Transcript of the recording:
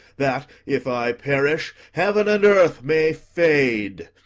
that, if i perish, heaven and earth may fade.